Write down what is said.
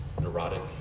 neurotic